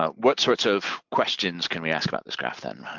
ah what sorts of questions can we ask about this graph then?